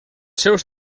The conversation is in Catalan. seus